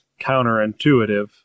counterintuitive